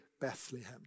Bethlehem